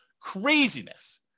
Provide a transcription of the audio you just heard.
Craziness